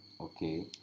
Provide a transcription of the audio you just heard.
Okay